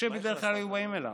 משה, בדרך כלל היו באים אליו.